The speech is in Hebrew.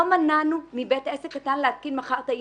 לא מנענו מבית עסק קטן להתקין מחר את ה-EMV,